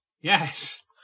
Yes